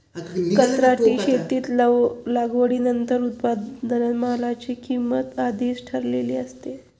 कंत्राटी शेतीत लागवडीनंतर उत्पादित मालाची किंमत आधीच ठरलेली असते